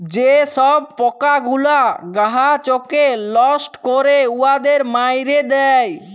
যে ছব পকাগুলা গাহাচকে লষ্ট ক্যরে উয়াদের মাইরে দেয়